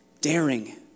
daring